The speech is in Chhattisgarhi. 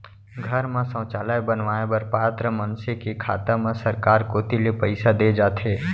घर म सौचालय बनवाए बर पात्र मनसे के खाता म सरकार कोती ले पइसा दे जाथे